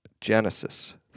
Genesis